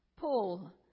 Paul